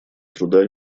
труда